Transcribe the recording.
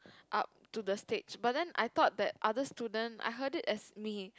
up to the stage but then I thought that other student I heard it as me